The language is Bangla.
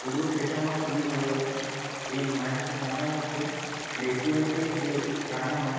এগুলো খেতে আমার খুবই ভালো লাগে এই মায়ের হাতের রান্নার মধ্যে রেস্টুরেন্টের যে রান্না হয়